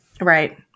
Right